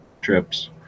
trips